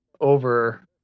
over